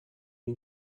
این